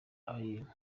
abayirimo